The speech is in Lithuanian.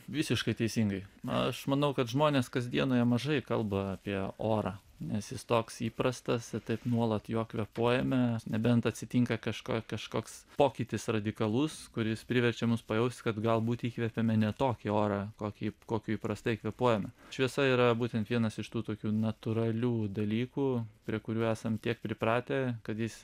visiškai teisingai aš manau kad žmonės kasdienoje mažai kalba apie orą nes jis toks įprastas taip nuolat juo kvėpuojame nebent atsitinka kažkoks kažkoks pokytis radikalus kuris priverčia mus pajaust kad galbūt įkvepėme ne tokį orą kokį kokiu įprastai kvėpuojame šviesa yra būtent vienas iš tų tokių natūralių dalykų prie kurių esam tiek pripratę kad jis